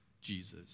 Jesus